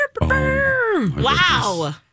Wow